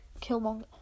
Killmonger